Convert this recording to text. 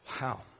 Wow